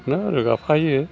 ना रोगाफायो